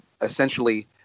essentially